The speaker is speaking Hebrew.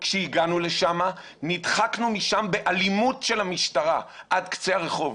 כשהגענו לשם נדחקנו משם באלימות של המשטרה עד קצה הרחוב,